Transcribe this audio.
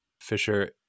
Fisher